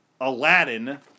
Aladdin